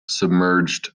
submerged